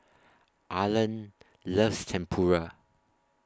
Arlan loves Tempura